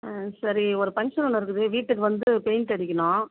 ஆ சரி ஒரு பங்க்ஷன் ஒன்று இருக்குது வீட்டுக்கு வந்து பெயிண்ட் அடிக்கணும்